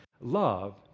love